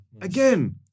Again